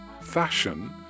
fashion